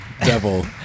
Devil